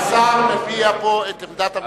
השר הביע פה את עמדת הממשלה.